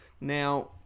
Now